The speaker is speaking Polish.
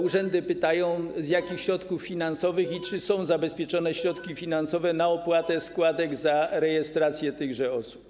Urzędy pytają, z jakich środków finansowych to pokrywać i czy są zabezpieczone środki finansowe na opłatę składek za rejestrację tych osób.